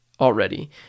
already